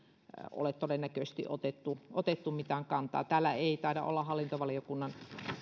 ole todennäköisesti otettu otettu mitään kantaa täällä ei taida olla hallintovaliokunnan